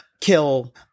kill